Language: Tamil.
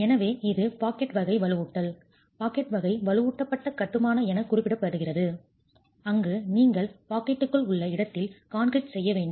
எனவே இது பாக்கெட் வகை வலுவூட்டல் பாக்கெட் வகை வலுவூட்டப்பட்ட கட்டுமான என குறிப்பிடப்படுகிறது அங்கு நீங்கள் பாக்கெட்டுக்குள் உள்ள இடத்தில் கான்கிரீட் செய்ய வேண்டும்